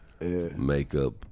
makeup